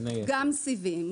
גם סיבים,